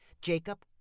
Jacob